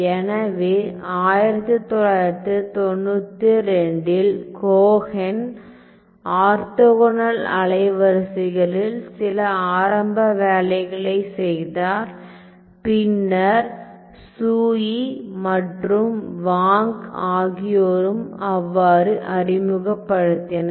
எனவே 1992 இல் Cohen orthogonal அலைவரிசைகளில் சில ஆரம்ப வேலைகளைச் செய்தார் பின்னர் சூய் மற்றும் வாங் ஆகியோரும் அவ்வாறு அறிமுகப்படுத்தினர்